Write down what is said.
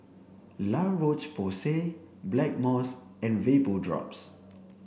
La Roche Porsay Blackmores and Vapodrops